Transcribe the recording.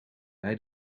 bij